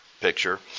picture